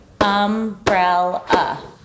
Umbrella